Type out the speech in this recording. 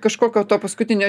kažkokio to paskutinio